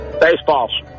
Baseballs